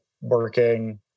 working